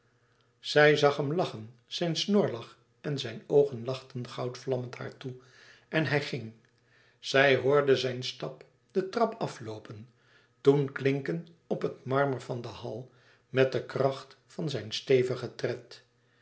zij zag hem lachen zijn snorlach en zijn oogen lachten goudvlammend haar toe en hij ging zij hoorde zijn stap de trap afloopen toen klinken op het marmer van de hall e ids aargang met de kracht van zijn stevigen tred